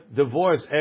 divorce